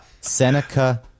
Seneca